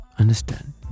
understand